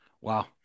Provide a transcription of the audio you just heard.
Wow